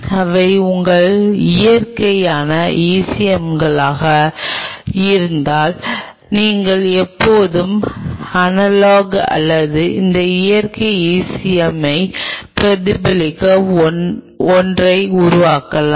இவை உங்கள் இயற்கையான ECM களாக இருந்தால் நீங்கள் எப்போதும் அனலாக் அல்லது இந்த இயற்கை ECM ஐப் பிரதிபலிக்கும் ஒன்றை உருவாக்கலாம்